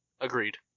Agreed